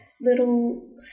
little